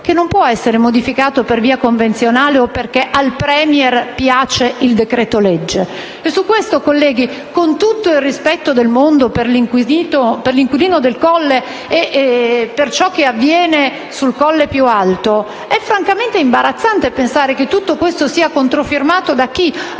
che non può essere modificato per via convenzionale o perché al *Premier* piace il decreto-legge. Colleghi, con tutto il rispetto del mondo per l'inquilino del Colle e per ciò che avviene sul Colle più alto, è francamente imbarazzante pensare che tutto questo sia controfirmato da chi ha